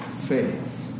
faith